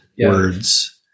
words